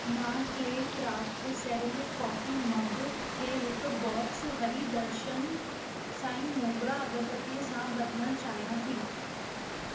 मां clay craft ceramic coffee mug खे हिकु बॉक्स हरीदर्शन साई मोगरा अगरबतीअ सां बदिलणु चाहियां थी